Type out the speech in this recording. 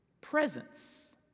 Presence